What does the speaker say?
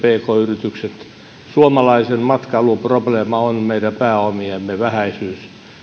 pk yritykset suomalaisen matkailun probleema on meidän pääomiemme vähäisyys